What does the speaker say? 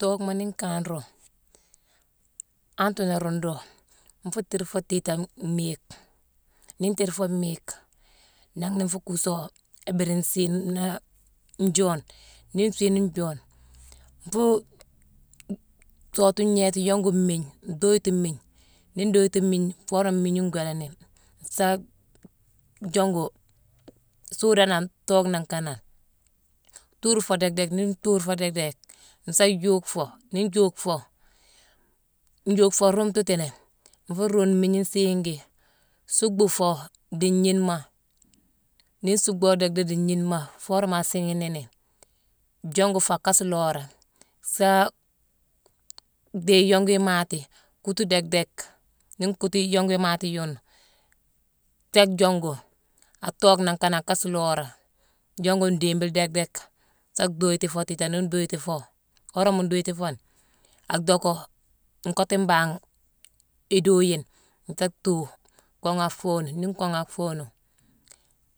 Tookhma nii nkanro, antere nla ruundu, nfuu tiirfo tiitane mmiigh. Nii ntiirfo mmiigh, nanghna nfuu kuuso mbhiiri nsiine- na- njoone. Nii nsiine njoone, nfuu soowoti ngnééti, yongu mmiigne, duiyiti mmiigne. Nii nduiyiti mmiigne, foo worama mmiigne ngééla nini, nsaa jongu-suudane an tookh nangh kanane. Thuurfoo déck- déck. Nii nthuurfo déck- déck, nsa juuck fo. Nii njuuck fo, njuuck fo rumtatini, nfuu ruune mmiigne nsiigi, suuckbu fo dii ngniinema. Nii nsuuckbo déck-déck dii ngniinema foo worama asiighi nini, jongu fo ak kaasulora, saa dhéye iyongu imaati kuutu déck- déck. Nii nkuutu iyongu imaati yune, ta jongu a tookh nangh kanane, a kaasulora, jongu ndiibile déck- déck, sa duuyiti fo tiitane. Nii nduuyiti fo, worama nduuyiti fo ni, a dhocko, nkottu mbangh iduuyine, ka thuu kooghé a foonu. Nii nkooghé a foonu,